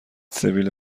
سبیل